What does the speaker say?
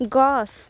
গছ